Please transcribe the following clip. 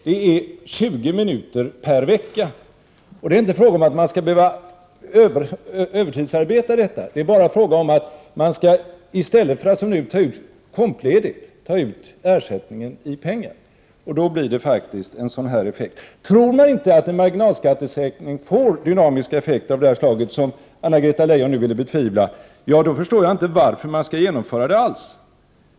Det är 20 minuter per vecka, och det är inte fråga om att man skall behöva övertidsarbeta för att uppnå detta. I stället för att som nu ta ut kompledigt, tar man ut ersättningen i pengar, vilket faktiskt ger den här effekten. Tror man inte att en marginalskattesänkning får dynamiska effekter av detta slag — vilket Anna-Greta Leijon betvivlade — förstår jag inte varför man alls skall genomföra en sådan reform.